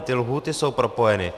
Ty lhůty jsou propojeny.